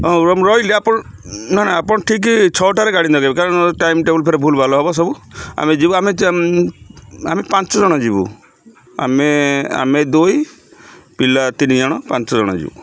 ହଁ ରୁହ ମୁଁ ରହିଲେ ଆପଣ ନା ନା ଆପଣ ଠିକ ଛଅଟାରେ ଗାଡ଼ି ନେବେ କାରଣ ଟାଇମ୍ ଟେବୁଲ ଫେରେ ଭୁଲ୍ ଭାଲ ହବ ସବୁ ଆମେ ଯିବୁ ଆମେ ଆମେ ପାଞ୍ଚ ଜଣ ଯିବୁ ଆମେ ଆମେ ଦୁଇ ପିଲା ତିନିଜଣ ପାଞ୍ଚ ଜଣ ଯିବୁ